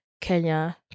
Kenya